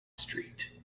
street